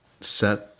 set